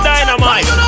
Dynamite